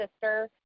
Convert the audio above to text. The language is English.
sister